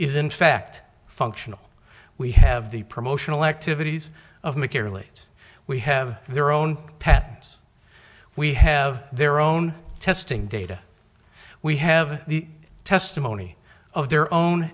is in fact functional we have the promotional activities of macare late we have their own pads we have their own testing data we have the testimony of their own